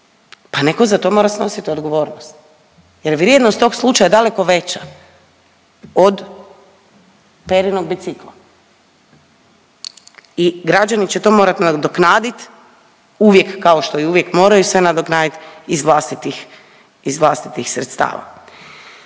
pa netko za to mora snositi odgovornost jer je vrijednost tog slučaje daleko veća od Perinog bicikla i građani će to morat nadoknadit uvijek kao što i uvijek moraju sve nadoknadit iz vlastitih,